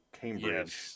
Cambridge